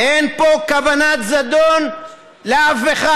אין פה כוונת זדון לאף אחד.